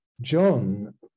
John